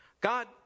God